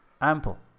Ample